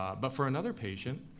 but for another patient,